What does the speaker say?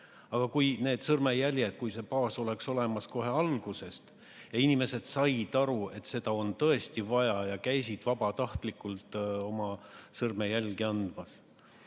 Aga kui need sõrmejäljed, kui see baas oleks olemas olnud kohe ... Inimesed said aru, et seda on tõesti vaja, ja käisid vabatahtlikult oma sõrmejälgi andmas.